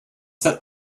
that